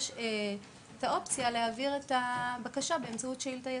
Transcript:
יש את האופציה להעביר את הבקשה באמצעות שאילתה ידנית.